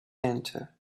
enter